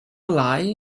lai